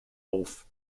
auf